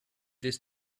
this